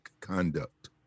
conduct